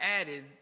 added